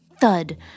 thud